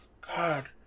god